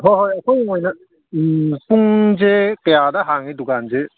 ꯍꯣꯏ ꯍꯣꯏ ꯑꯩꯈꯣꯏ ꯑꯣꯏꯅ ꯄꯨꯡꯖꯦ ꯀꯌꯥꯗ ꯍꯥꯡꯉꯤ ꯗꯨꯀꯥꯟꯖꯦ